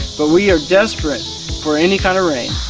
but we are desperate for any kind of rain.